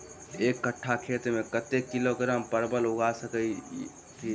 एक कट्ठा खेत मे कत्ते किलोग्राम परवल उगा सकय की??